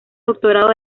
doctorado